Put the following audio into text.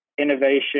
innovation